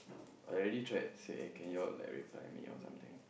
I already tried say eh can you all reply me or something